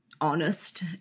honest